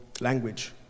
language